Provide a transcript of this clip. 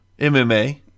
MMA